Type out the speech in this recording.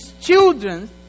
children